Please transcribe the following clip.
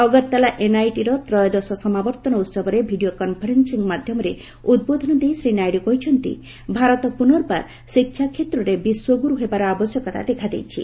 ଅଗରତାଲା ଏନ୍ଆଇଟିର ତ୍ରୟୋଦଶ ସମାବର୍ତ୍ତନ ଉହବରେ ଭିଡ଼ିଓ କନ୍ଫରେନ୍ସିଂ ମାଧ୍ୟମରେ ଉଦ୍ବୋଧନ ଦେଇ ଶ୍ରୀ ନାଇଡୁ କହିଛନ୍ତି ଭାରତ ପୁନର୍ବାର ଶିକ୍ଷା କ୍ଷେତ୍ରରେ ବିଶ୍ୱଗୁରୁ ହେବାର ଆବଶ୍ୟକତା ଦେଖା ଦେଇଛି